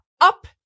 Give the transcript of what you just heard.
up